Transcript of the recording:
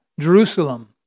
Jerusalem